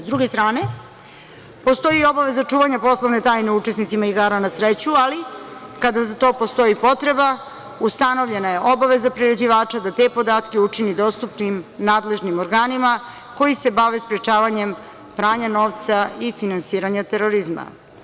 S druge strane, postoji obaveza čuvanja poslovne tajne o učesnicima igara na sreću, ali kada za to postoji potreba, ustanovljena je obaveza prerađivača da te podatke učini dostupnim nadležnim organima koji se bave sprečavanjem pranja novca i finansiranje terorizma.